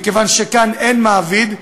מכיוון שכאן אין מעביד,